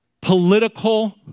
political